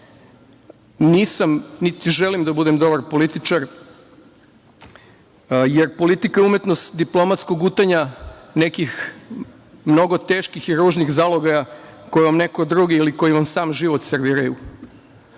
nje. Nisam, niti želim da budem dobar političar, jer politika je umetnost diplomatskog gutanja nekih mnogo teških u ružnih zalogaja koje vam neko drugi ili koje vam sam život servira,